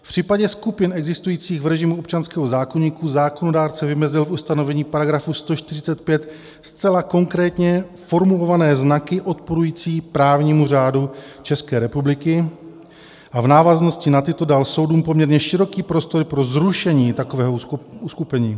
V případě skupin existujících v režimu občanského zákoníku zákonodárce vymezil ustanovení § 145 zcela konkrétně formulované znaky odporující právnímu řádu České republiky a v návaznosti na ty dal soudům poměrně široký prostor pro zrušení takového uskupení.